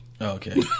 Okay